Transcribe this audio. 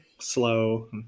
Slow